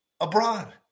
abroad